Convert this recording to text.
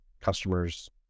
customers